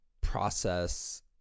process